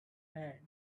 had